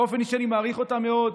באופן אישי אני מעריך אותה מאוד,